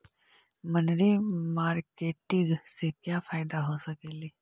मनरी मारकेटिग से क्या फायदा हो सकेली?